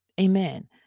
Amen